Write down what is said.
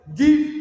give